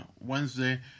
Wednesday